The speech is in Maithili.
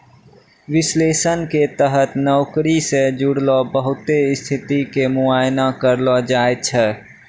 विश्लेषण के तहत नौकरी से जुड़लो बहुते स्थिति के मुआयना करलो जाय छै